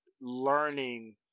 learning –